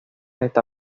está